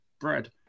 bread